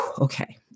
Okay